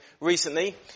recently